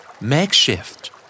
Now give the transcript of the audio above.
Makeshift